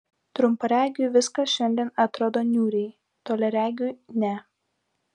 trumparegiui viskas šiandien atrodo niūriai toliaregiui ne